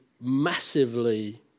massively